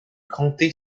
comté